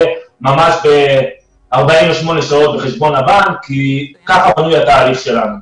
ממש ב-48 שעות בחשבון הבנק כי כך בנוי התהליך שלנו.